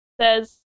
says